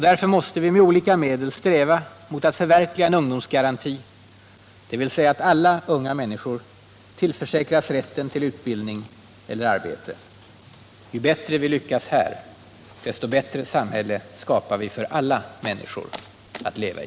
Därför måste vi med olika medel sträva mot att förverkliga en ungdomsgaranti, dvs. att alla unga människor tillförsäkras rätten till utbildning eller arbete. Nr 44 Ju bättre vi lyckas här, desto bättre samhälle skapar vi för alla människor : Torsdagen den att leva i.